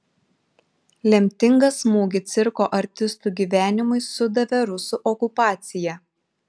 lemtingą smūgį cirko artistų gyvenimui sudavė rusų okupacija